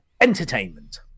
entertainment